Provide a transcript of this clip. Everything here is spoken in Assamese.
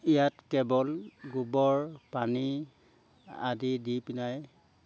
ইয়াত কেৱল গোবৰ পানী আদি দি পিনে